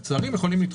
לצערי הם יכולים לדחות.